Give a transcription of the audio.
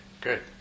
Good